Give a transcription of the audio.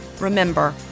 Remember